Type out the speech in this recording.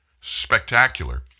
spectacular